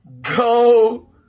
go